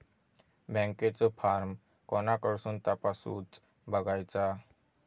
बँकेचो फार्म कोणाकडसून तपासूच बगायचा?